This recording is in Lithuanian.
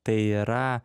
tai yra